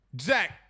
zach